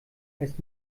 heißt